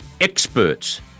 experts